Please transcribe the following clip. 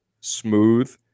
Smooth